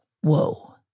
whoa